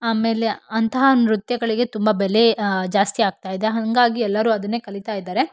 ಆಮೇಲೆ ಅಂತಹ ನೃತ್ಯಗಳಿಗೆ ತುಂಬ ಬೆಲೆ ಜಾಸ್ತಿ ಆಗ್ತಾ ಇದೆ ಹಾಗಾಗಿ ಎಲ್ಲರೂ ಅದನ್ನೇ ಕಲಿತಾ ಇದ್ದಾರೆ